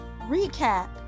recap